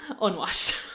unwashed